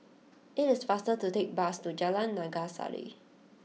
it is faster to take the bus to Jalan Naga Sari